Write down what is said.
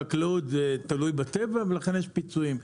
חקלאות זה תלוי בטבע ולכן יש פיצויים.